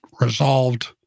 resolved